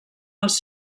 els